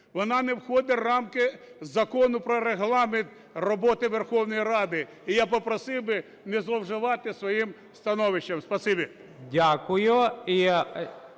вона не входить в рамки Закону про Регламент роботи Верховної Ради. І я попросив би не зловживати своїм становищем.